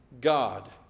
God